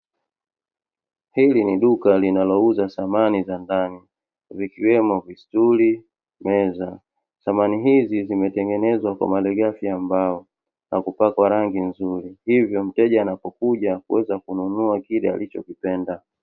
Hili ni duka linalouza samani za ndani, zikiwemo vistuli, meza. Samani hizi zimetengenezwa kwa malighafi ya mbao na kupakwa rangi nzuri, hivyo mteja anapokuja huweza kununua kile alichokipenda.